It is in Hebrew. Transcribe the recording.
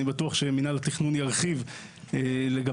אני בטוח שמינהל התכנון ירחיב לגבי